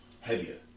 heavier